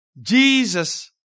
Jesus